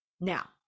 Now